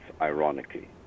ironically